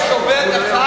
יש עובד אחד,